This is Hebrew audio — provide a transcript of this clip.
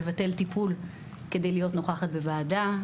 לבטל טיפול כדי להיות נוכחת בוועדה,